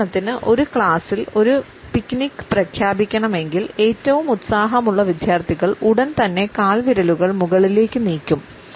ഉദാഹരണത്തിന് ഒരു ക്ലാസ്സിൽ ഒരു പിക്നിക് പ്രഖ്യാപിക്കണമെങ്കിൽ ഏറ്റവും ഉത്സാഹമുള്ള വിദ്യാർത്ഥികൾ ഉടൻ തന്നെ കാൽവിരലുകൾ മുകളിലേക്ക് നീക്കും